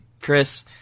Chris